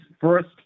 first